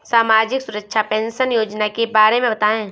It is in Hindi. सामाजिक सुरक्षा पेंशन योजना के बारे में बताएँ?